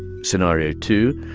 scenario two,